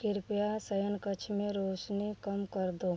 कृपया शयनकक्ष में रोशनी कम कर दो